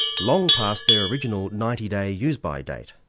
long past their original ninety day use-by date.